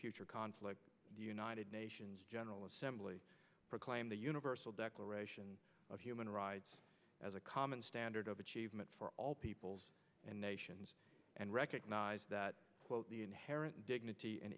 future conflict united nations general assembly proclaim the universal declaration of human rights as a common standard of achievement for all peoples and nations and recognize that the inherent dignity an